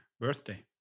birthday